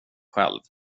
själv